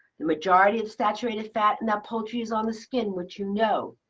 the majority of saturated fat now, poultry is on the skin, which you know.